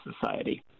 society